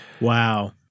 Wow